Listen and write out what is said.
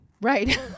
Right